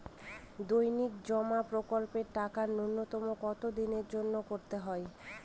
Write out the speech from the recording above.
দৈনিক জমা প্রকল্পের টাকা নূন্যতম কত দিনের জন্য করতে হয়?